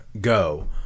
go